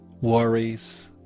worries